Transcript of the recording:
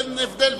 אין הבדל,